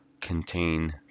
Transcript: contain